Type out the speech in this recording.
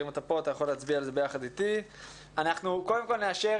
אתה יכול להצביע יחד אתי - קודם כל נאשר